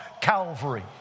Calvary